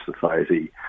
society